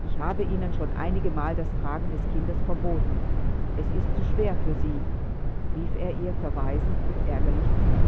ich habe ihnen schon einigemal das tragen des kindes verboten es ist zu schwer für sie rief er ihr verweisend und ärgerlich zu